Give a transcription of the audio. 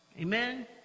Amen